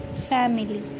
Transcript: family